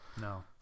No